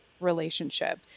relationship